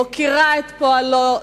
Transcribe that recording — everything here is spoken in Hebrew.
מוקירה את פועלו,